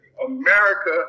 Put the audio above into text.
America